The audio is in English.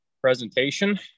presentation